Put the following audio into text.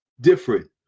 different